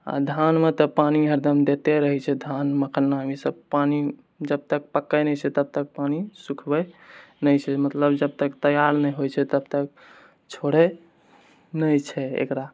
आओर धानमे तऽ पानि हरदम देते रहै छै धान मखानामे ई सब पानि जबतक पकै नहि छै तबतक पानि सुखबै नहि छै मतलब जबतक तैयार नहि होइ छै तबतक छोड़े नहि छै एकरा